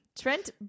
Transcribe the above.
Trent